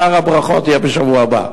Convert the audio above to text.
שאר הברכות יהיו בשבוע הבא.